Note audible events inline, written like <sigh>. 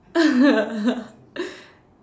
<laughs>